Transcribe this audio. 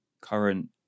current